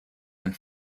and